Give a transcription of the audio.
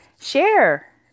Share